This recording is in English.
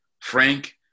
Frank